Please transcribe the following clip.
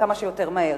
וכמה שיותר מהר,